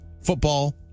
football